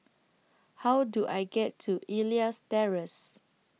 How Do I get to Elias Terrace